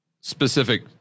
specific